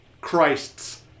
Christ's